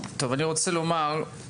אני לא יודע מה מספר התיקון.